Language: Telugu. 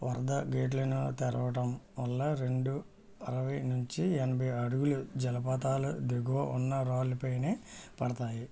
వరద గేట్లను తెరవడం వల్ల రెండు అరవై నుంచి ఎనభై అడుగుల జలపాతాలు దిగువ ఉన్న రాళ్ళపైన పడతాయి